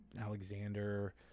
Alexander